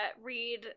read